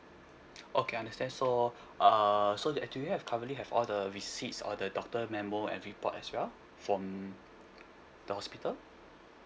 okay understand so uh so that do you have currently have all the the receipts or the doctor memo and report as well from the hospital